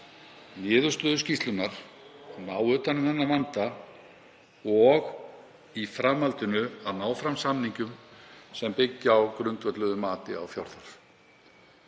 niðurstöðum skýrslunnar, ná utan um þennan vanda og í framhaldinu að ná fram samningum sem byggja á grundvölluðu mati á fjárþörf.